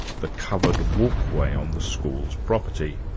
the covered walkway, on the school's property.